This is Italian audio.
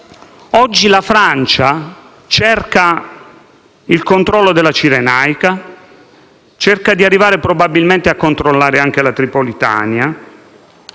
Oggi la Francia cerca il controllo della Cirenaica e cerca di arrivare probabilmente a controllare anche la Tripolitania.